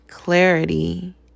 Clarity